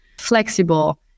flexible